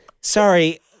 Sorry